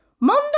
Monday